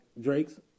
Drake's